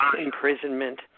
imprisonment